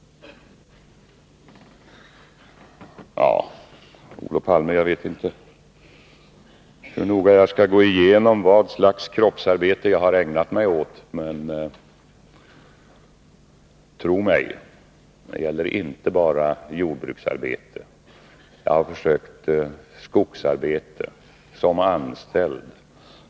Ja, Olof Palme, jag vet inte hur noga jag skall gå igenom vad slags kroppsarbete jag har ägnat mig åt. Men, tro mig, det är inte bara jordbruksarbete. Jag har prövat skogsarbete — som anställd.